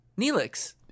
Neelix